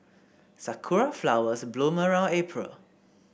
sakura flowers bloom around April